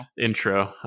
intro